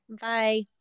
Bye